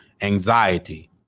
anxiety